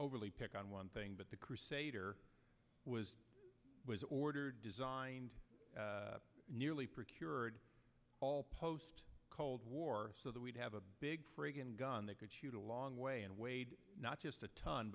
overly pick on one thing but the crusader was was ordered designed nearly procured post cold war so that we'd have a big gun that could shoot a long way and weighed not just a ton